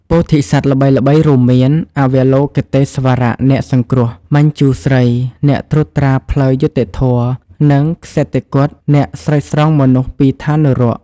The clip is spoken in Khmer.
ពោធិសត្វល្បីៗរួមមាន អវលោកិតេស្វរៈ (អ្នកសង្គ្រោះ) មញ្ជូស្រី (អ្នកត្រួតត្រាផ្លូវយុត្តិធម៌) និង ក្សិតិគត៌ (អ្នកស្រោចស្រង់មនុស្សពីឋាននរក)។